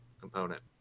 component